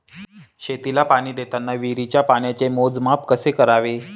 शेतीला पाणी देताना विहिरीच्या पाण्याचे मोजमाप कसे करावे?